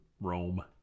Rome